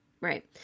right